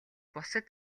бусад